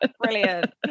brilliant